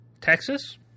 Texas